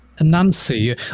Nancy